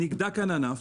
נגדע כאן ענף,